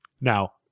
now